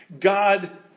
God